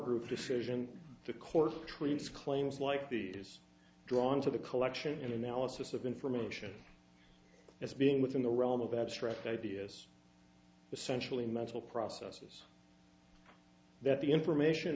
treats claims like the is drawn to the collection and analysis of information as being within the realm of abstract ideas essentially mental processes that the information